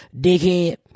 dickhead